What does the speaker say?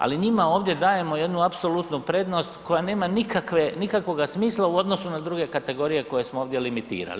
Ali njima ovdje dajemo jednu apsolutnu prednost koja nema nikakvoga smisla u odnosu na druge kategorije koje smo ovdje limitirali.